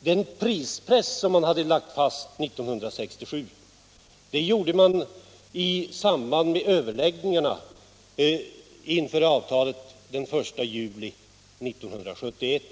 den prispress som man hade lagt fast 1967. Det skedde i samband med överläggningarna inför avtalet den 1 juli 1971.